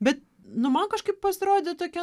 bet nu man kažkaip pasirodė tokia